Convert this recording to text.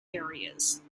areas